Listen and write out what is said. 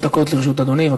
שלוש דקות לרשות אדוני.